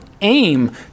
aim